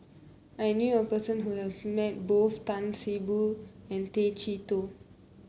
I knew a person who has met both Tan See Boo and Tay Chee Toh